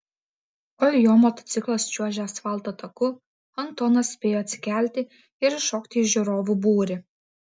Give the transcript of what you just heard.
kol jo motociklas čiuožė asfalto taku antonas spėjo atsikelti ir įšokti į žiūrovų būrį